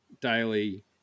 daily